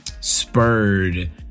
spurred